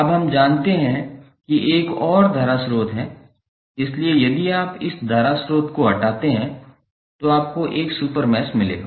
अब हम जानते हैं कि एक और धारा स्रोत है इसलिए यदि आप इस धारा स्रोत को हटाते हैं तो आपको एक सुपर मैश मिलेगा